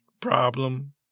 Problem